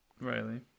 Riley